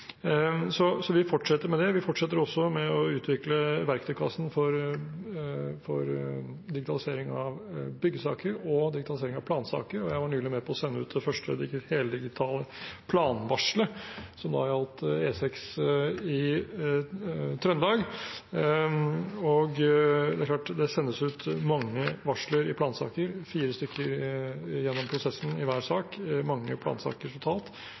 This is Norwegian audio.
Vi fortsetter med det. Vi fortsetter også med å utvikle verktøykassen for digitalisering av byggesaker og digitalisering av plansaker. Jeg var nylig med på å sende ut det første heldigitale planvarselet, som gjaldt E6 i Trøndelag. Det er klart at det sendes ut mange varsler i plansaker, fire stykker gjennom prosessen i hver sak, og det er mange plansaker totalt,